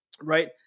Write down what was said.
right